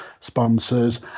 sponsors